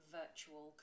virtual